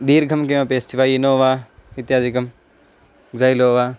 दीर्घं किमपि अस्ति वा इनोवा इत्यादिकं ज़ैलोवा